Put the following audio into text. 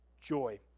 joy